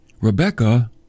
Rebecca